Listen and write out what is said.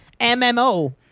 MMO